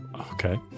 Okay